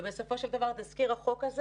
ובסופו של דבר תזכיר החוק הזה